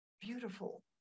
beautiful